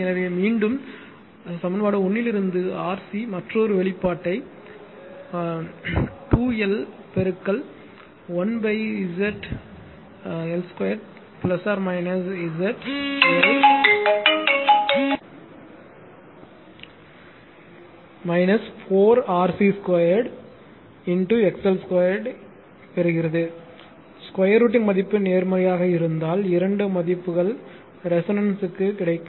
எனவே மீண்டும் சமன்பாடு 1 இலிருந்து RC மற்றொரு வெளிப்பாட்டை 2L பெருக்கல் 1ZL 2 ZL 4 4 RC 2 XL 2 பெறுகிறது 2 √ மதிப்பு நேர்மறையாக இருந்தால் இரண்டு மதிப்புகள் ரெசோனன்ஸ்க்கு கிடைக்கும்